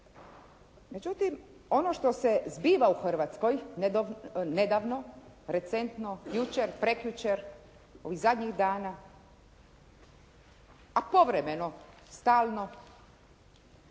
Međutim, ono što se zbiva u Hrvatskoj, nedavno, recentno, jučer, prekjučer, ovih zadnjih dana, a povremeno stalno.